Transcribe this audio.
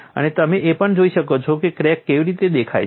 અને તમે એ પણ જોઈ શકો છો કે ક્રેક કેવી દેખાય છે